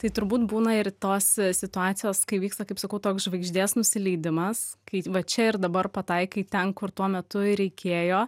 tai turbūt būna ir tos situacijos kai vyksta kaip sakau toks žvaigždės nusileidimas kai va čia ir dabar pataikai ten kur tuo metu ir reikėjo